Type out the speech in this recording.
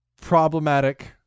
problematic